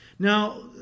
Now